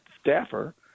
staffer